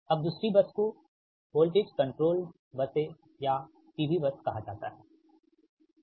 अब दूसरी बस को वोल्टेज कंट्रोल्ड बसें या P V बस कहा जाता हैठीक